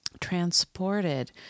transported